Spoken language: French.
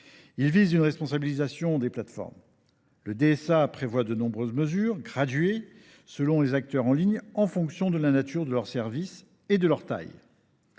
ci vise une responsabilisation des plateformes. Il prévoit en particulier de nombreuses mesures graduées selon les acteurs en ligne, en fonction de la nature de leurs services et de leur taille.